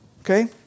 Okay